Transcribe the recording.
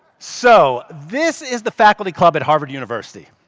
so this is the faculty club at harvard university.